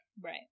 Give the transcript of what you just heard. Right